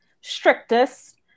strictest